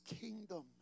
kingdom